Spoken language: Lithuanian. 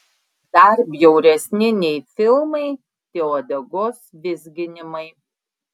dar bjauresni nei filmai tie uodegos vizginimai